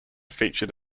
featured